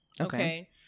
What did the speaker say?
Okay